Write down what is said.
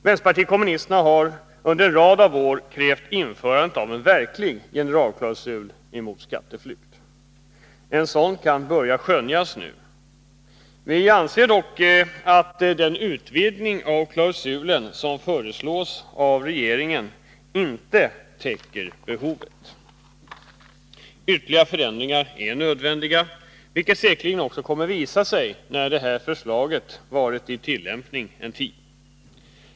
Vänsterpartiet kommunisterna har under en rad av år krävt införandet av en verklig generalklausul mot skatteflykt. En sådan kan börja skönjas nu. Vi anser dock att den utvidgning av klausulen som föreslås av regeringen inte täcker behovet. Ytterligare förändringar är nödvändiga, vilket säkerligen också kommer att visa sig när detta förslag tillämpats en tid.